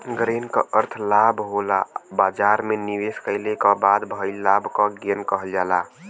gain क अर्थ लाभ होला बाजार में निवेश कइले क बाद भइल लाभ क गेन कहल जाला